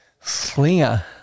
Slinger